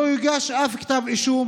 לא יוגש אף כתב אישום,